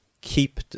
keep